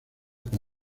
con